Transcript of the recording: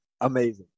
Amazing